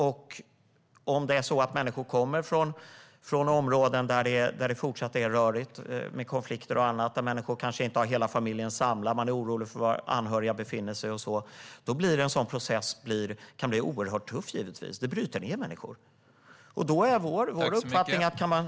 Om människor kommer från områden där det fortsatt är rörigt med konflikter och annat, kanske inte har hela familjen samlad och är oroliga för var anhöriga befinner sig kan en sådan process givetvis bli oerhört tuff. Det bryter ned människor. Jag kan svara mer i nästa replik.